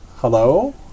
Hello